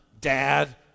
dad